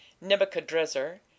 Nebuchadrezzar